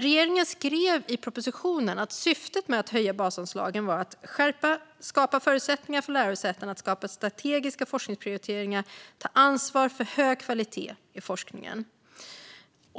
Regeringen skrev i propositionen att syftet med att höja basanslagen var att skapa förutsättningar för lärosätena att göra strategiska forskningsprioriteringar och ta ansvar för hög kvalitet i forskningen.